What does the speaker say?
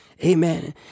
Amen